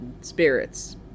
spirits